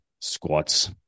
squats